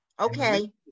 Okay